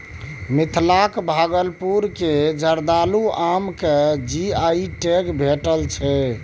मिथिलाक भागलपुर केर जर्दालु आम केँ जी.आई टैग भेटल छै